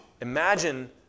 Imagine